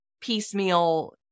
piecemeal